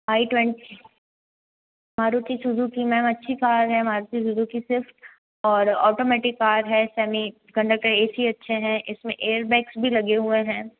आई twenty Maruti Suzuki ma'am अच्छी car है Maruti Suzuki Swift और ऑटोमेटिक कार है सेमी कंडेक्टर का ए सी अच्छा हैं इसमें एयरबैग्स भी लगे हुए हैं